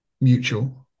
mutual